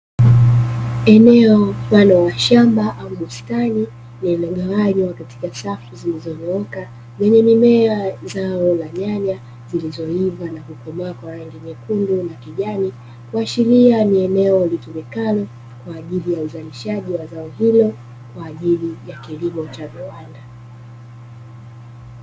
Eneo mfano wa shamba au bustani lililogawanywa katika safu zilizonyooka yenye mimea ya zao la nyanya zilizoiva na kukomaa kwa rangi nyekundu na kijani, kuashiria ni eneo litumikalo kwa ajili ya uzalishaji wa zao hilo kwa ajili ya kilimo cha viwanda.